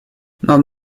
нам